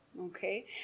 okay